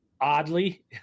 oddly